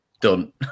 done